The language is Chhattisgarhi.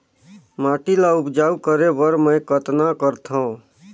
माटी ल उपजाऊ करे बर मै कतना करथव?